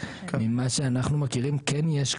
ממה שאנחנו מכירים כן יש,